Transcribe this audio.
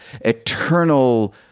eternal